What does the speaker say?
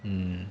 mm